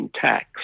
tax